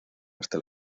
hasta